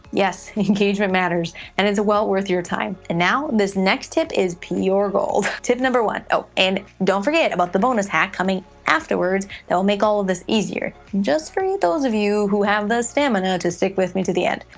yes, engagement matters, and it's well worth your time. and now, this next tip is pure gold. tip number one, oh and don't forget about the bonus hack coming afterwords that will make all of this easier. just for those of you who have the stamina to stick with me to the end.